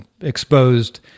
exposed